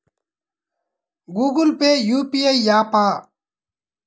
Google Pay UPI య్యాపా?